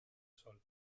sol